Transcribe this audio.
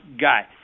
guy